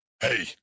hey